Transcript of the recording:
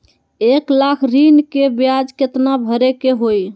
एक लाख ऋन के ब्याज केतना भरे के होई?